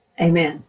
Amen